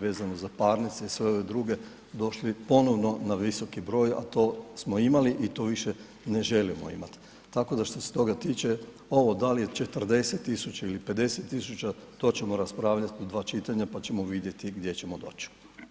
vezanih za parnice i sve ove druge došli ponovno na visoki broj, a to smo imali i to više ne želimo imati, tako da što se toga tiče ovo da li je 40 tisuća ili 50 tisuća, to ćemo raspravljati u dva čitanja pa ćemo vidjeti gdje ćemo doći.